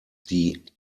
die